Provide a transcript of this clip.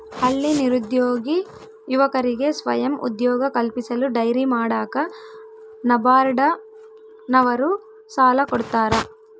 ಹಳ್ಳಿ ನಿರುದ್ಯೋಗಿ ಯುವಕರಿಗೆ ಸ್ವಯಂ ಉದ್ಯೋಗ ಕಲ್ಪಿಸಲು ಡೈರಿ ಮಾಡಾಕ ನಬಾರ್ಡ ನವರು ಸಾಲ ಕೊಡ್ತಾರ